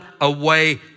away